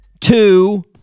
Two